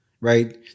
right